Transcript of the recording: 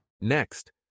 Next